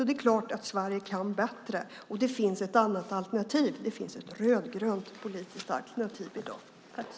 Det är klart att Sverige kan bättre. Det finns ett alternativ. Det finns ett rödgrönt politiskt alternativ i dag.